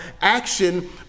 action